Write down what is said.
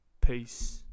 Peace